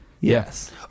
yes